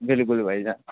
بالکل بھائی جان